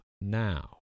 now